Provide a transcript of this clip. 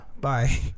bye